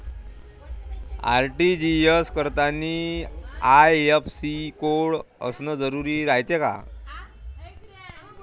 RTGS करतांनी IFSC code असन जरुरी रायते का?